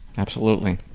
absolutely.